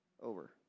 over